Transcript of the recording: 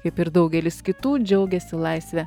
kaip ir daugelis kitų džiaugėsi laisve